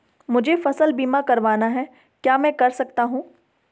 मुझे फसल बीमा करवाना है क्या मैं कर सकता हूँ?